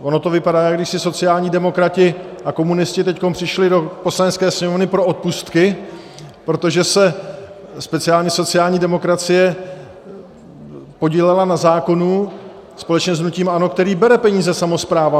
Ono to vypadá, jak když si sociální demokrati a komunisti teď přišli do Poslanecké sněmovny pro odpustky, protože se speciálně sociální demokracie podílela na zákonu společně s hnutím ANO, který bere peníze samosprávám.